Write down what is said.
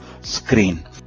screen